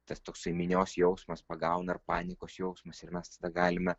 tas toksai minios jausmas pagauna ir paniekos jausmas ir mes tą galime